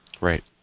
Right